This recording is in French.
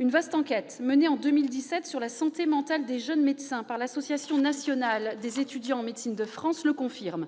Une vaste enquête sur la santé mentale des jeunes médecins, menée l'année dernière par l'Association nationale des étudiants en médecine de France, le confirme :